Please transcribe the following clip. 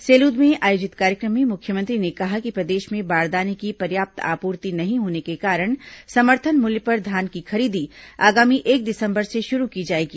सेलूद में आयोजित कार्यक्रम में मुख्यमंत्री ने कहा कि प्रदेश में बारदाने की पर्याप्त आपूर्ति नहीं होने के कारण समर्थन मूल्य पर धान की खरीदी आगामी एक दिसंबर से शुरू की जाएगी